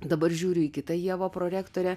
dabar žiūriu į kitą ievą prorektorę